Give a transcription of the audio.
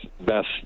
best